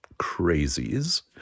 crazies